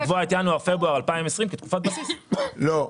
לקבוע את ינואר-פברואר 2020. לא.